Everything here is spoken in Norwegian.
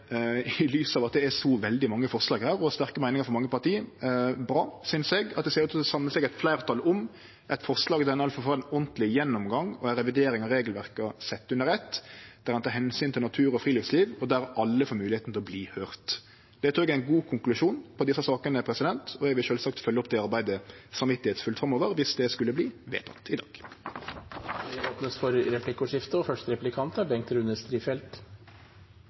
ser ut til å samle seg eit fleirtal om eit forslag om å få ein ordentleg gjennomgang og ei revidering av regelverka sett under eitt, der ein tek omsyn til natur og friluftsliv, og der alle får moglegheit til å verte høyrde. Det trur eg er ein god konklusjon på desse sakene, og eg vil sjølvsagt følgje opp det arbeidet samvitsfullt framover viss det skulle verte vedteke i dag. Det blir replikkordskifte. Først vil jeg takke statsråden og